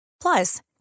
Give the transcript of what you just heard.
Plus